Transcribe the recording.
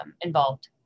involved